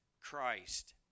Christ